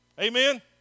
Amen